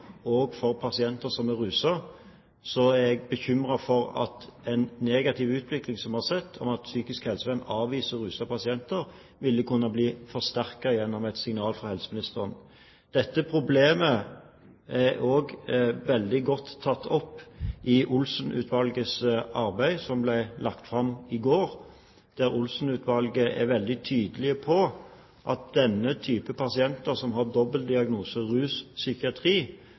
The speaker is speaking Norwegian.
for pasienter som er ruset, er jeg bekymret for at en negativ utvikling som vi har sett, hvor psykisk helsevern avviser rusede pasienter, ville kunne bli forsterket gjennom et signal fra helseministeren. Dette problemet er også veldig godt tatt opp i Olsen-utvalgets arbeid, som ble lagt fram på mandag, der Olsen-utvalget er veldig tydelig på at denne typen pasienter som har dobbeltdiagnose, rus